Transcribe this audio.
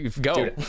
go